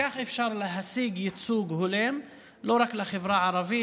כך אפשר להשיג ייצוג הולם לא רק לחברה הערבית.